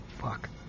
fuck